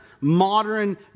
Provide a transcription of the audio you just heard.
modern